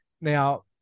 Now